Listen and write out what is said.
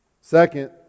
Second